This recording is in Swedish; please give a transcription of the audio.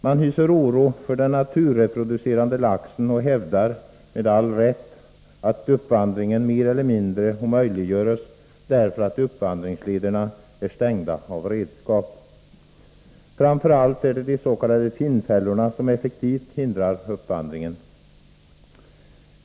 De hyser oro för den naturreproducerade laxen och hävdar med all rätt att uppvandringen mer eller mindre omöjliggörs därför att uppvandringslederna är stängda av redskap. Framför allt är det de s.k. finnfällorna som effektivt hindrar uppvandringen.